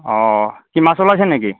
অঁ কি মাছ ওলাইছে নেকি